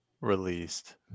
released